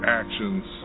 actions